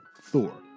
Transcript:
Thor